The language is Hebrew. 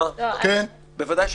ודאי שכן.